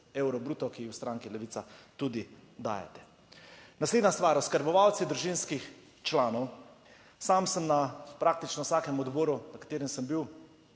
evrov bruto, ki jih v stranki Levica tudi dajete. Naslednja stvar, oskrbovalci družinskih članov. Sam sem na praktično vsakem odboru na katerem sem bil